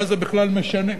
מה זה בכלל משנה?